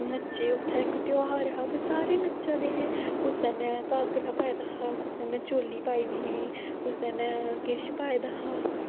नच्चे उत्थें इक ध्यार हा ते सारे नच्चै दे हे कुसै न घागरा पाए दा हा कुसै न चोली पाई दी ही कुसै न किश पाए दा हा